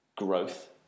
growth